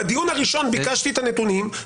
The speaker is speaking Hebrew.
בדיון הראשון ביקשתי את הנתונים,